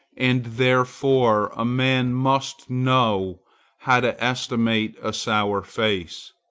and therefore a man must know how to estimate a sour face.